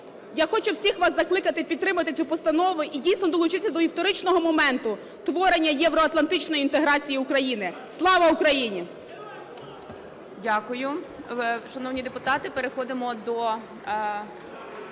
Я хочу всіх вас закликати підтримати цю постанову і дійсно долучитися до історичного моменту творення євроатлантичної інтеграції України. Слава Україні!